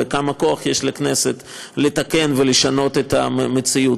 וכמה כוח יש לכנסת לתקן ולשנות את המציאות.